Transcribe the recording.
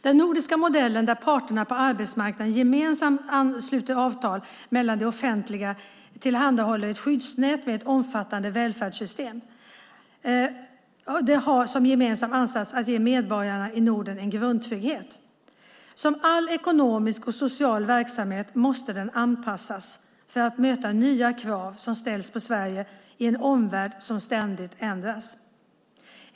Den nordiska modellen där parterna på arbetsmarknaden gemensamt sluter avtal medan det offentliga tillhandahåller ett skyddsnät med ett omfattande välfärdssystem har som gemensam ansats att ge medborgarna i Norden en grundtrygghet. Som all ekonomisk och social verksamhet måste den anpassas för att möta nya krav som ställs på Sverige i en omvärld som ständigt ändras.